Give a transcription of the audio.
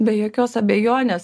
be jokios abejonės